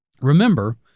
Remember